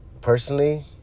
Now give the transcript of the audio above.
personally